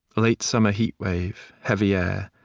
late-summer heatwave, heavy air.